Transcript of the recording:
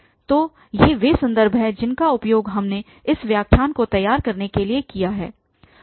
तो ये वे संदर्भ हैं जिनका उपयोग हमने इस व्याख्यान को तैयार करने के लिए किया है